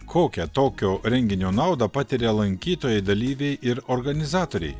kokią tokio renginio naudą patiria lankytojai dalyviai ir organizatoriai